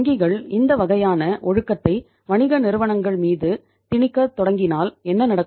வங்கிகள் இந்த வகையான ஒழுக்கத்தை வணிக நிறுவனங்கள் மீது திணிக்கத் தொடங்கினால் என்ன நடக்கும்